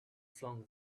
flung